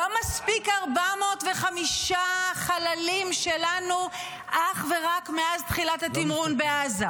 לא מספיקים 405 חללים שלנו אך ורק מאז תחילת התמרון בעזה,